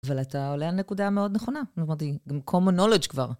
אבל אתה עולה על נקודה מאוד נכונה. זאת אומרת, היא גם common knowledge כבר.